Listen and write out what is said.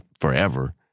forever